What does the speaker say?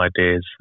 ideas